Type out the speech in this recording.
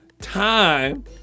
time